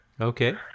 Okay